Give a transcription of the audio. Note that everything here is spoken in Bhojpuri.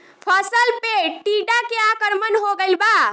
फसल पे टीडा के आक्रमण हो गइल बा?